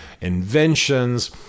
inventions